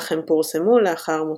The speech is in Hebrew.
אך הם פורסמו לאחר מותו.